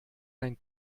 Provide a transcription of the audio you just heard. ein